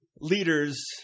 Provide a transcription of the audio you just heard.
leaders